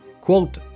quote